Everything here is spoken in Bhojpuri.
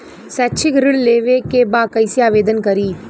शैक्षिक ऋण लेवे के बा कईसे आवेदन करी?